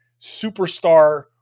superstar